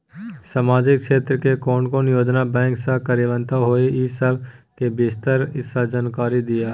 सामाजिक क्षेत्र के कोन कोन योजना बैंक स कार्यान्वित होय इ सब के विस्तार स जानकारी दिय?